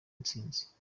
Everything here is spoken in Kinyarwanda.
intsinzi